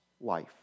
life